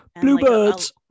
Bluebirds